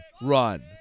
run